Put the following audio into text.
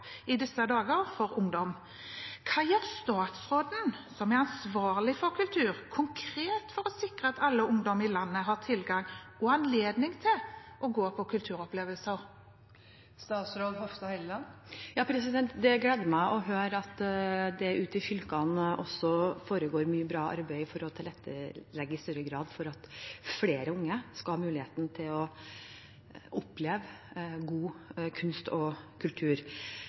i disse dager for ungdom. Hva gjør statsråden som er ansvarlig for kultur, konkret for å sikre at all ungdom i landet har tilgang og anledning til å gå på kulturopplevelser? Det gleder meg å høre at det ute i fylkene også foregår mye bra arbeid for å tilrettelegge i større grad for at flere unge skal ha muligheten til å oppleve god kunst og kultur.